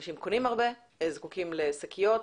אנשים קונים הרבה, זקוקים לשקיות,